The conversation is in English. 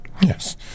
Yes